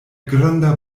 granda